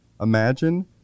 Imagine